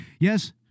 yes